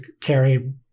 carry